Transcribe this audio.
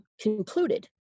concluded